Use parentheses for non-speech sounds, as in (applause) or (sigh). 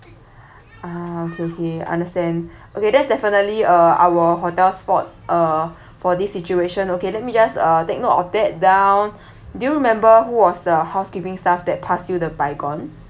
(breath) ah okay okay understand okay that's definitely uh our hotel's fault uh (breath) for this situation okay let me just uh take note of that down do you remember who was the housekeeping staff that pass you the baygon